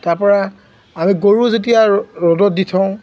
তাৰ পৰা আমি গৰু যেতিয়া ৰ'দত দি থওঁ